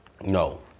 No